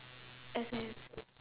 as in